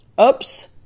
Oops